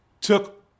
took